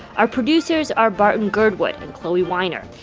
our producers are barton girdwood and chloee weiner.